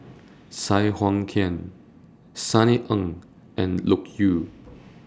Sai Hua Kuan Sunny Ang and Loke Yew